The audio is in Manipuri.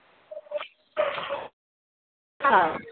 ꯍꯥꯎ